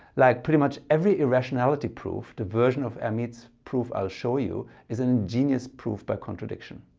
like pretty much every irrationality proof the version of hermite's proof i'll show you is an ingenious proof by contradiction.